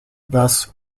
thus